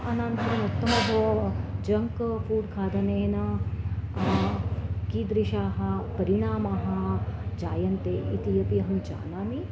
अनन्तरम् उत्तमं बो जङ्क् फ़ुड् खादनेन कीदृशाः परिणामाः जायन्ते इति अपि अहं जानामि